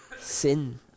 sin